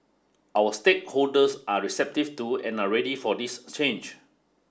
our stakeholders are receptive to and are ready for this change